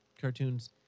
cartoons